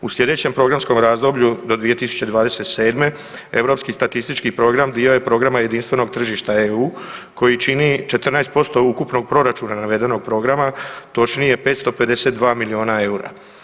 U sljedećem programskom razdoblju do 2027., Europski statistički program dio je program, dio je programa jedinstvenog tržišta EU, koji čini 14% ukupnog proračuna navedenog programa, točnije 552 milijuna eura.